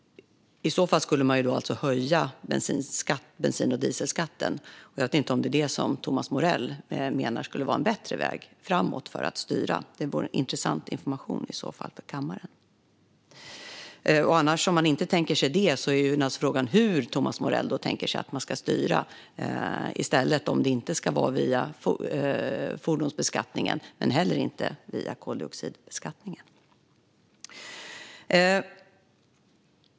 I så fall skulle vi alltså höja bensin och dieselskatten. Jag vet inte om Thomas Morell menar att det skulle vara ett bättre sätt att styra. Det vore i så fall intressant information för kammaren. Om man inte tänker sig det är frågan hur Thomas Morell tänker sig att det ska styras i stället, om det inte ska vara via fordonsbeskattning men inte heller via koldioxidbeskattning.